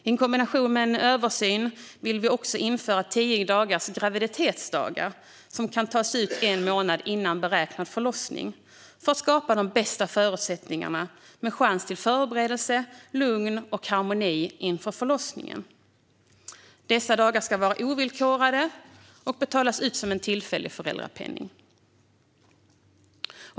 I kombination med en översyn vill vi också införa tio graviditetsdagar, som kan tas ut en månad före beräknad förlossning, för att skapa de bästa förutsättningarna, med chans till förberedelser, lugn och harmoni inför förlossningen. Dessa dagar ska vara ovillkorade och betalas ut som en tillfällig föräldrapenning.